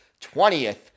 20th